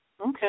Okay